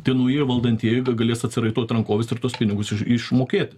tie nauji ir valdantieji galės atsiraitot rankoves ir tuos pinigus išmokėti